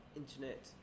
internet